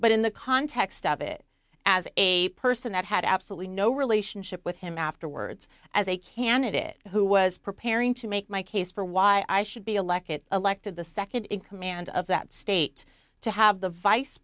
but in the context of it as a person that had absolutely no relationship with him afterwards as a candidate who was preparing to make my case for why i should be aleck it elected the nd in command of that state to have the vice